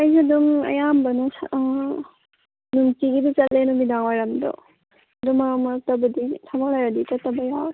ꯑꯩꯗꯤ ꯑꯗꯨꯝ ꯑꯌꯥꯝꯕꯅ ꯅꯨꯡꯇꯤꯒꯤꯗꯤ ꯆꯠꯂꯦ ꯅꯨꯃꯤꯗꯥꯡꯋꯥꯏꯔꯝꯗꯣ ꯑꯗꯣ ꯃꯔꯛ ꯃꯔꯛꯇꯕꯨꯗꯤ ꯊꯕꯛ ꯂꯩꯔꯗꯤ ꯆꯠꯇꯕ ꯌꯥꯎꯋꯦ